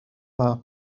dda